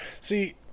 see